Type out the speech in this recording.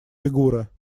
фигура